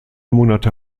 monate